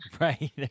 Right